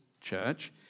church